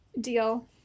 deal